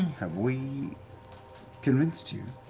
have we convinced you?